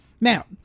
Now